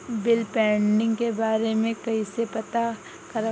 Bill pending के बारे में कईसे पता करब?